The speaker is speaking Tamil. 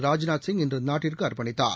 ராஜ்நாத் சிங் இன்று நாட்டுக்கு அர்ப்பணித்தார்